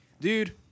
Dude